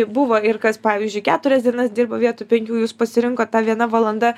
buvo ir kas pavyzdžiui keturias dienas dirbo vietoj penkių jūs pasirinkot ta viena valanda